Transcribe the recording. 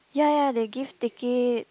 ya ya they give ticket